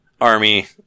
Army